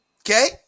Okay